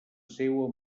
seua